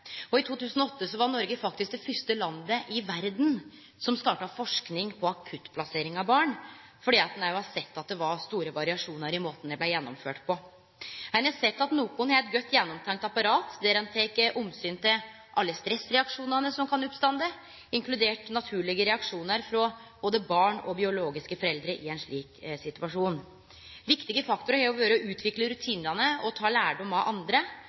I 2008 var Noreg faktisk det første landet i verda som starta forsking på akuttplassering av barn, fordi ein hadde sett at det var store variasjonar i måten det blei gjennomført på. Ein har sett at nokre har eit godt, gjennomtenkt apparat der ein tek omsyn til alle stressreaksjonane som kan oppstå, inkludert naturlege reaksjonar frå både barn og biologiske foreldre i ein slik situasjon. Viktige faktorar har vore å utvikle rutinane og ta lærdom av andre.